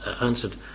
answered